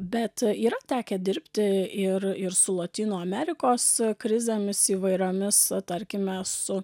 bet yra tekę dirbti ir ir su lotynų amerikos krizėmis įvairiomis tarkime su